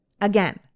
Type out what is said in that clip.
Again